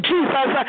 Jesus